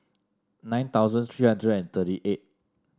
nine thousand three hundred and thirty eight